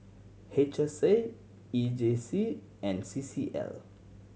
H S A E J C and C C L